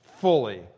fully